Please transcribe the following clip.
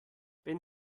wenn